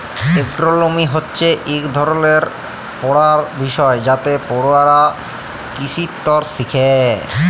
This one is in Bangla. এগ্রোলমি হছে ইক ধরলের পড়ার বিষয় যাতে পড়ুয়ারা কিসিতত্ত শিখে